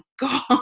God